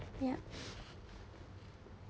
yup